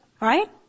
Right